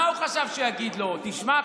מה הוא חשב שהוא יגיד לו: תשמע,